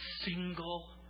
single